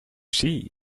see